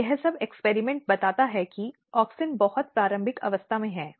तो यह सब एक्सपेरिमेंट बताता है कि ऑक्सिन बहुत प्रारंभिक अवस्था में है